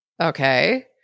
okay